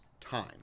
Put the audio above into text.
time